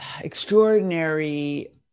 extraordinary